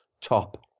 top